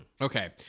Okay